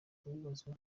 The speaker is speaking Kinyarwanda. kubibazwa